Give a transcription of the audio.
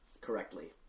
correctly